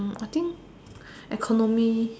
I think economy